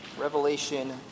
Revelation